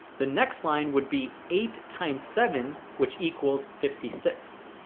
the next line would be eight times seven which equals fifty six.